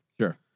Sure